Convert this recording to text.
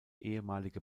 ehemalige